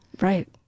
Right